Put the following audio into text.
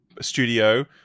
studio